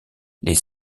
les